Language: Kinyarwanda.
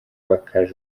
myaka